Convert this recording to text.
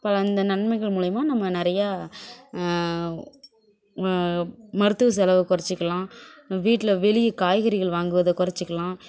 பல இந்த நன்மைகள் மூலிமா நம்ம நிறையா மருத்துவ செலவை குறைச்சிக்கலாம் வீட்டில் வெளியே காய்கறிகள் வாங்குவதை குறைச்சிக்கலாம்